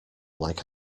like